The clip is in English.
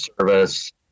service